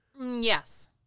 Yes